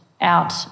out